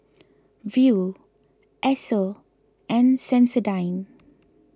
Viu Esso and Sensodyne